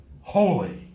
holy